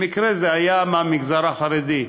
במקרה זה היה מהמגזר החרדי.